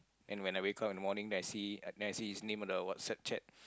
and when I wake up in the morning then I see then I see his name on the WhatsApp chat